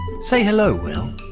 say hello will.